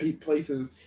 places